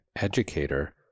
educator